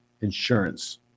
insurance